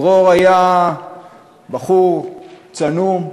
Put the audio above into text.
דרור היה בחור צנום,